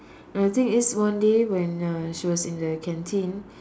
and the thing is one day when uh she was in the canteen